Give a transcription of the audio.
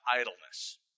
idleness